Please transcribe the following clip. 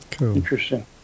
Interesting